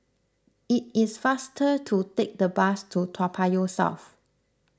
it is faster to take the bus to Toa Payoh South